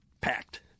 packed